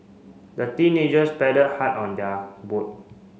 the teenagers paddled hard on their boat